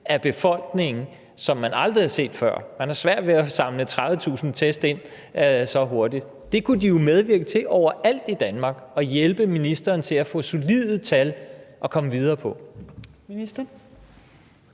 af befolkningen, som man aldrig har set før – man har svært ved at samle 30.000 test ind så hurtigt – kunne de jo medvirke til overalt i Danmark at hjælpe ministeren til at få solide tal at komme videre på.